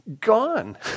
Gone